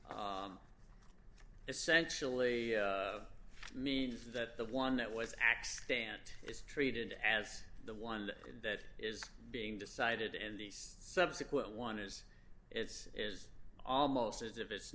essentially means that the one that was axed stant is treated as the one that is being decided and the subsequent one is it is almost as if it's